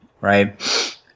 right